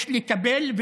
הוא לקראת סיום,